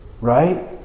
Right